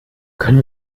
können